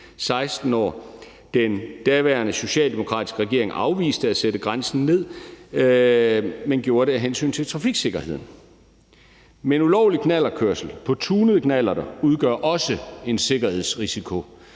16 år. Den daværende socialdemokratiske regering afviste at sætte grænsen ned; man gjorde det af hensyn til trafiksikkerheden. Men ulovlig knallertkørsel på tunede knallerter udgør også en sikkerhedsrisiko.